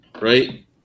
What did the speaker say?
right